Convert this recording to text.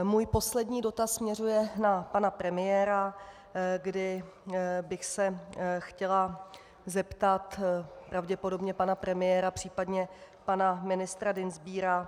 Můj poslední dotaz směřuje na pana premiéra, kdy bych se chtěla zeptat pravděpodobně pana premiéra, případně pana ministra Dienstbiera.